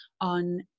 on